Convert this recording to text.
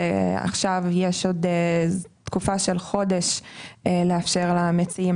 עכשיו יש תקופה של חודש כדי לאפשר למציעים